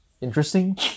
interesting